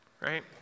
right